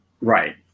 Right